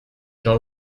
jean